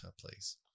please